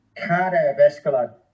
cardiovascular